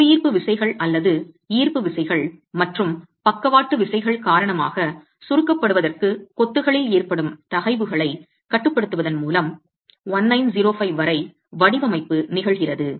புவியீர்ப்பு விசைகள் அல்லது ஈர்ப்பு விசைகள் மற்றும் பக்கவாட்டு விசைகள் காரணமாக சுருக்கப்படுவதற்கு கொத்துகளில் ஏற்படும் தகைவுகளைக் கட்டுப்படுத்துவதன் மூலம் 1905 வரை வடிவமைப்பு நிகழ்கிறது